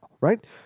right